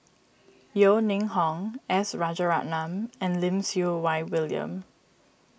Yeo Ning Hong S Rajaratnam and Lim Siew Wai William